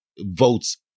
votes